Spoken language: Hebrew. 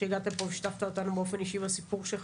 שהגעת לפה ושיתפת אותנו באופן אישי בסיפור שלך.